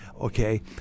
okay